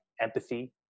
empathy